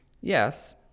yes